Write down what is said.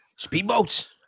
Speedboats